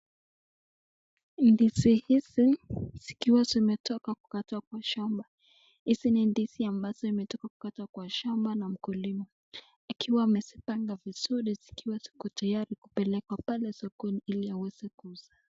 Ndizi hizi zikiwa zimetoka kukatwa kwa shamba. Hizi ni ndizi ambazo imetoka kukatwa kwa shamba na mkulima, akiwa amezipanga vizuri zikiwa ziko tayari kupelekwa pale sokoni ili aweze kuuza.